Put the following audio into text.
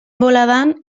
boladan